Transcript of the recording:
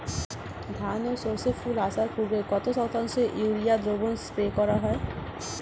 ধান ও সর্ষে ফুল আসার পূর্বে কত শতাংশ ইউরিয়া দ্রবণ স্প্রে করা হয়?